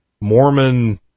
Mormon